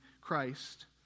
Christ